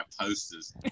posters